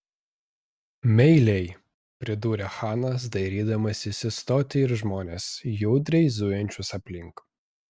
meiliai pridūrė chanas dairydamasis į stotį ir žmones judriai zujančius aplink